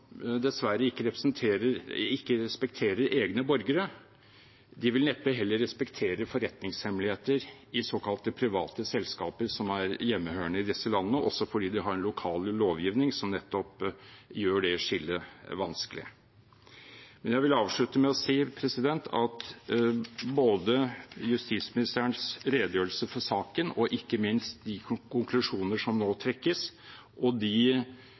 dessverre ikke respekterer egne borgere, vil neppe heller respektere forretningshemmeligheter i såkalte private selskaper som er hjemmehørende i disse landene, også fordi de har en lokal lovgivning som nettopp gjør det skillet vanskelig. Men jeg vil avslutte med å si at både justisministerens redegjørelse for saken og ikke minst de konklusjoner som nå trekkes, og de